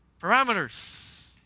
parameters